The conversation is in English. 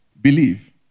Believe